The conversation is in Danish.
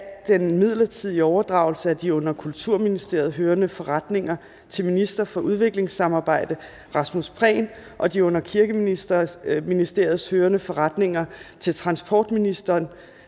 af 3. oktober 2019 af de under Kulturministeriet hørende forretninger til minister for udviklingssamarbejde Rasmus Prehn og de under Kirkeministeriet hørende forretninger til transportminister